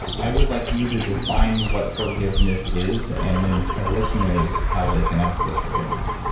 i would like you to define what forgiveness is and then tell listeners how they can access forgiveness?